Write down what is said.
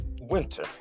winter